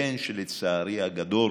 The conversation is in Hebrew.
קמפיין שלצערי הגדול